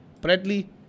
Bradley